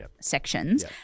sections